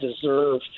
deserve